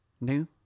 New